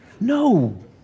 No